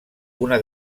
una